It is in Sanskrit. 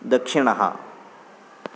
दक्षिणः